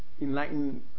enlightened